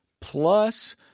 plus